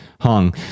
hung